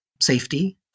safety